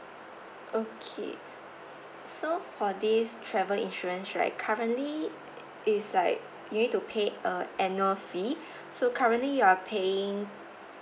okay so for this travel insurance right currently is like you need to pay uh annual fee so currently you are paying